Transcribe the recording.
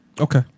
Okay